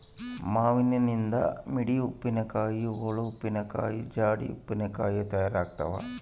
ಮಾವಿನನಿಂದ ಮಿಡಿ ಉಪ್ಪಿನಕಾಯಿ, ಓಳು ಉಪ್ಪಿನಕಾಯಿ, ಜಾಡಿ ಉಪ್ಪಿನಕಾಯಿ ತಯಾರಾಗ್ತಾವ